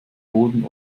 boden